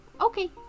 Okay